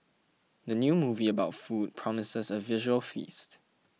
the new movie about food promises a visual feast